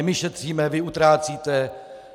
My šetříme, vy utrácíte.